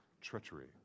treachery